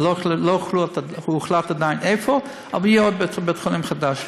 לא הוחלט עדיין איפה, אבל יהיה עוד בית-חולים חדש.